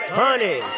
honey